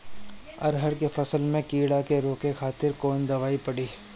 अरहर के फसल में कीड़ा के रोके खातिर कौन दवाई पड़ी?